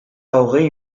hogei